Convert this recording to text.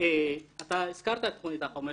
אתה הזכרת את תכנית החומש,